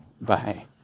bye